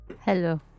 Hello